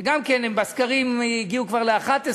שגם כן בסקרים הם הגיעו כבר ל-11